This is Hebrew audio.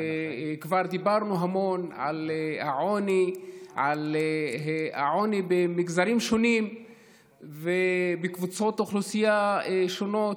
וכבר דיברנו המון על העוני במגזרים שונים ובקבוצות אוכלוסייה שונות,